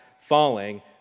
falling